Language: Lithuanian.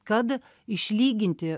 kad išlyginti